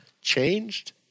changed